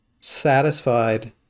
satisfied